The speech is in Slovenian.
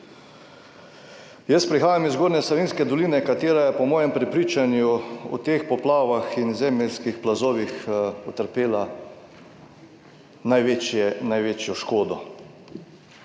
Jaz prihajam iz Zgornje Savinjske doline, katera je po mojem prepričanju v teh poplavah in zemeljskih plazovih utrpela največjo škodo